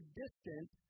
distance